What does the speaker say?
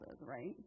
right